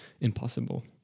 impossible